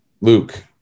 Luke